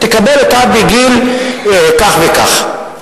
שתקבל אותה בגיל כך וכך,